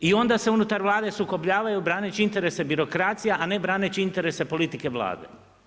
I onda se unutar Vlade sukobljavaju braneći interese birokracija, a ne braneći interese politike Vlade.